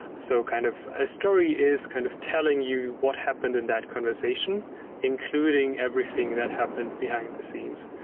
so kind of a story is kind of telling you what happened in that conversation including everything that happened behind-the-scenes,